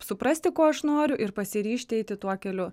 suprasti ko aš noriu ir pasiryžti eiti tuo keliu